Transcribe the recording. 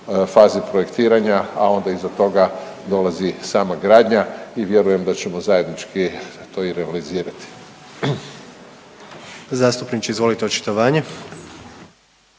fazi projektiranja, a onda iza toga dolazi sama gradnja i vjerujem da ćemo zajednički to i realizirati. **Jandroković, Gordan